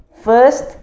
first